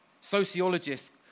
Sociologists